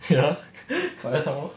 ya 拿来做什么